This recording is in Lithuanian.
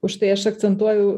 už tai aš akcentuoju